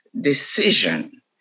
decision